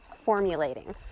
formulating